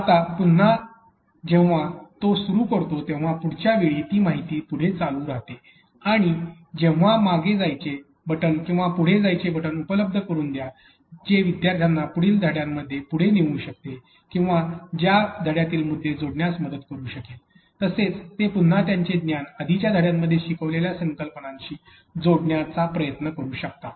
पण पुन्हा जेव्हा तो सुरू करतो तेव्हा पुढच्या वेळी ही माहिती पुढे चालू राहते तेव्हा मागे जायचे बटण किंवा पुढे जायचे बटण उपलब्ध करून द्या जे विद्यार्थ्याला पुढील धडयामध्ये पुढे नेऊ शकते किंवा त्या धड्यामधील मुद्दे जोडण्यास मदत करू शकेल तसेच ते पुन्हा त्यांचे ज्ञान आधीच्या धड्यामध्ये शिकवलेल्या संकल्पनांशी जोडण्याचा प्रयत्न करू शकतात